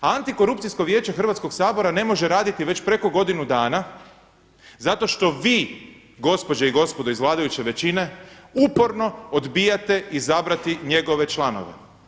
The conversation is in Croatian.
A Antikorupcijsko vijeće Hrvatskog sabora ne može raditi već preko godinu dana zato što vi gospođe i gospodo iz vladajuće većine uporno odbijate izabrati njegove članove.